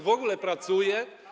w ogóle pracuje?